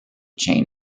chain